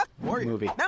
movie